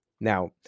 now